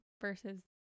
versus